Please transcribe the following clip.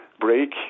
break